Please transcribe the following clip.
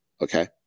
Okay